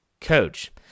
coach